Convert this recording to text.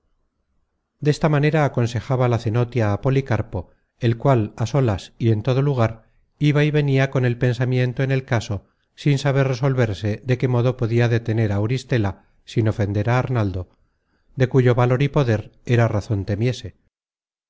desta manera aconsejaba la cenotia á policarpo el cual á solas y en todo lugar iba y venia con el pensamiento en el caso sin saber resolverse de qué modo podia detener á auristela sin ofender á arnaldo de cuyo valor y poder era razon temiese